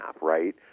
right